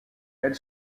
elle